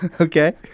Okay